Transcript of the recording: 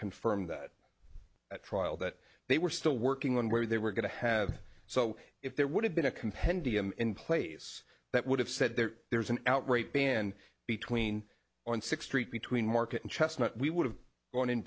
confirmed that at trial that they were still working on where they were going to have so if there would have been a compendium in place that would have said there there was an outright ban between on six treat between market and chestnut we would have gone in